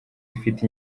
ifite